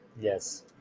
yes